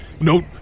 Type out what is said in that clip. No